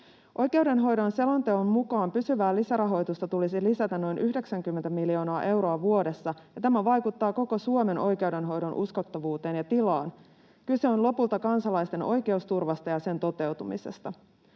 Oikeudenhoidon selonteon mukaan pysyvää lisärahoitusta tulisi lisätä noin 90 miljoonaa euroa vuodessa, ja tämä vaikuttaa koko Suomen oikeudenhoidon uskottavuuteen ja tilaan. Kyse on lopulta kansalaisten oikeusturvasta ja sen toteutumisesta.